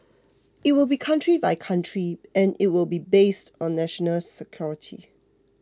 it will be country by country and it will be based on national security